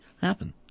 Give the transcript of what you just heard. happen